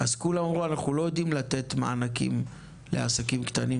אז כולם אמרו: "אנחנו לא יודעים לתת מענקים לעסקים קטנים,